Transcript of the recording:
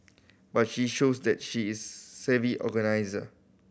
but she shows that she is savvy organiser